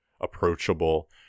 approachable